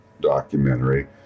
documentary